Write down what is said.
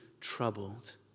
troubled